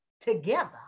together